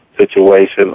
situation